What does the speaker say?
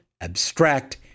abstract